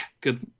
good